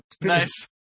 Nice